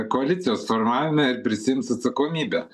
koalicijos formavime ir prisiims atsakomybę